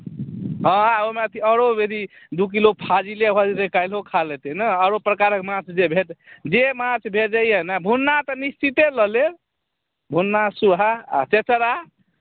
हँ ओहिमे आरो अथी दू किलो फाजिले भऽ जेतै काल्हियो खा लेतै ने आ आरो प्रकारक माछ भेटैए जे माछ भेटैए ने भुन्ना तऽ निश्चिते लऽ लेब भुन्ना सूहा आ चेचरा